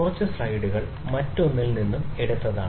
കുറച്ച് സ്ലൈഡുകൾ മറ്റൊന്നിൽ നിന്ന് എടുത്തതാണ്